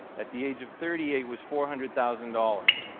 at the age of thirty eight, was four hundred thousand dollars.